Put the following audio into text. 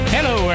Hello